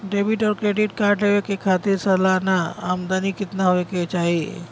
Debit और credit card लेवे के खातिर सलाना आमदनी कितना हो ये के चाही?